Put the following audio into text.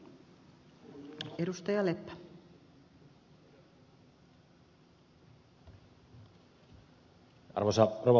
arvoisa rouva puhemies